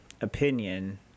opinion